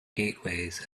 gateways